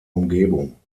umgebung